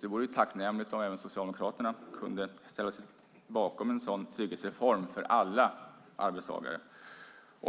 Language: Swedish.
Det vore tacknämligt om även Socialdemokraterna kunde ställa sig bakom en sådan trygghetsreform för alla arbetstagare.